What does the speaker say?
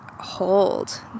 hold